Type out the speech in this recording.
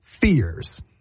fears